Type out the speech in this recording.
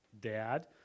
dad